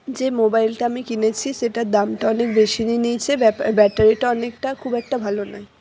যে মোবাইলটা আমি কিনেছি সেটার দামটা অনেক বেশি নিয়ে নিয়েছে ব্যাটারিটা অনেকটা খুব একটা ভালো নয়